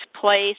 place